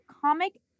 Comic